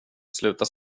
sluta